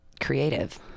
creative